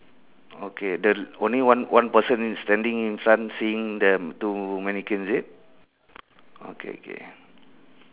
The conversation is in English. okay the only one one person is standing in front seeing the two mannequin is it okay okay